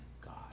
God